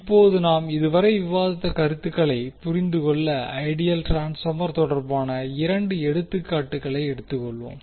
இப்போது நாம் இதுவரை விவாதித்த கருத்துக்களைப் புரிந்துகொள்ள ஐடியல் ட்ரான்ஸ்பார்மர் தொடர்பான இரண்டு எடுத்துக்காட்டுகளை எடுத்துக்கொள்வோம்